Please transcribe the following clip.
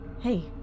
Hey